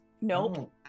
Nope